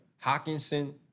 Hawkinson